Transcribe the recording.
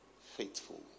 faithful